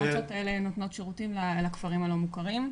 המועצות האלה נותנות שירותים לכפרים הלא מוכרים.